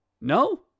No